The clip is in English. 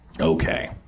Okay